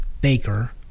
Baker